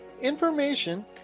information